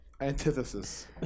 antithesis